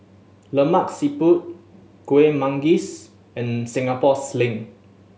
Lemak Siput Kuih Manggis and Singapore Sling